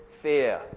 fear